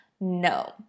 no